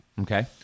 Okay